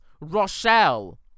Rochelle